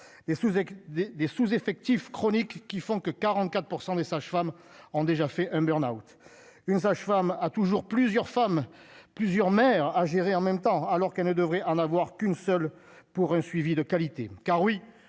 des sous- effectifs chroniques qui font que 44 % des sages-femmes ont déjà fait un burn-out, une sage-femme a toujours plusieurs femmes, plusieurs maires à gérer en même temps, alors qu'elle ne devrait en avoir qu'une seule, pour un suivi de qualité car oui